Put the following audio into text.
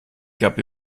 gab